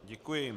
Děkuji.